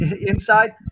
inside